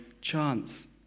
chance